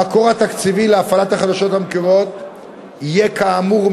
המקור‏ התקציבי ‏להפעלת ‏החדשות‏ המקומיות יהיה,‏ כאמור,